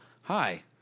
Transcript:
hi